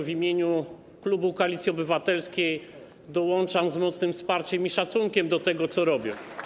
W imieniu klubu Koalicji Obywatelskiej dołączam z mocnym wsparciem i szacunkiem do tego, co robią.